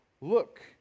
Look